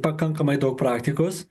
pakankamai daug praktikos